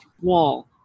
wall